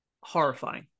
horrifying